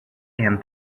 and